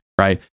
right